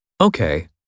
Okay